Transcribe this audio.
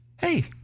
hey